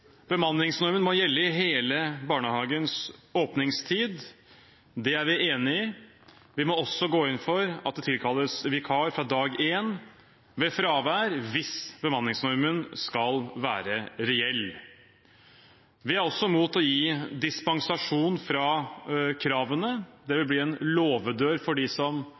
Bemanningsnormen må gjelde i hele barnehagens åpningstid. Det er vi enig i. Vi må også gå inn for at det tilkalles vikar fra dag én ved fravær hvis bemanningsnormen skal være reell. Vi er også imot å gi dispensasjon fra kravene. Det vil bli en låvedør for dem som